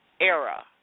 era